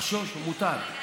לחשוש מותר.